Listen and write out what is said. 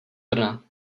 brna